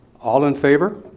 all in favor?